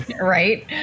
right